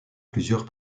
plusieurs